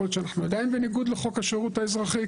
יכול להיות שאנחנו עדיין בניגוד לחוק השירות האזרחי,